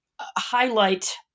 highlight